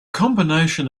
combination